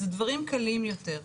זה דברים קלים יותר.